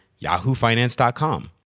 yahoofinance.com